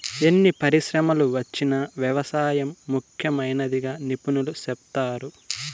ఎన్ని పరిశ్రమలు వచ్చినా వ్యవసాయం ముఖ్యమైనదిగా నిపుణులు సెప్తారు